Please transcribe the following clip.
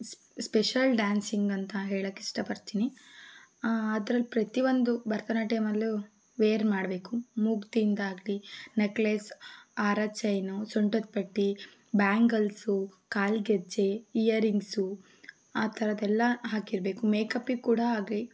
special dancing ಅಂತ ಹೇಳೋಕ್ಕಿಷ್ಟಪಡ್ತೀನಿ ಅದರಲ್ಲಿ ಪ್ರತಿಯೊಂದು ಭರತನಾಟ್ಯಮಲ್ಲೂ ವೇರ್ ಮಾಡಬೇಕು ಮೂಗುತಿಯಿಂದ ಆಗಲಿ ನೆಕ್ಲೇಸ್ ಹಾರ ಚೈನು ಸೊಂಟದ ಪಟ್ಟಿ ಬ್ಯಾಂಗಲ್ಸು ಕಾಲು ಗೆಜ್ಜೆ ಈಯರಿಂಗ್ಸು ಆ ಥರದ್ದೆಲ್ಲ ಹಾಕಿರಬೇಕು ಮೇಕಪ್ಪಿಗೆ ಕೂಡ ಆಗಲಿ